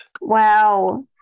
Wow